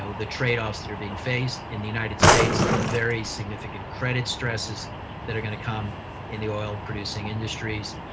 so the tradeoffs that are being faced in the united states, the very significant credit stresses that are going to come in the oil-producing industries,